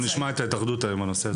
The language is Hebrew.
נשמע היום את אנשי ההתאחדות בנושא הזה.